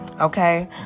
okay